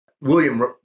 William